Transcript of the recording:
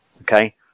okay